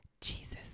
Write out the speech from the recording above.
Jesus